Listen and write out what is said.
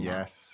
Yes